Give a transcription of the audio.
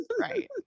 Right